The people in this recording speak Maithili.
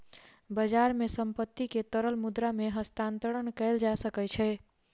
बजार मे संपत्ति के तरल मुद्रा मे हस्तांतरण कयल जा सकै छै